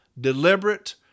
deliberate